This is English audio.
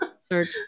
search